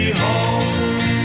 home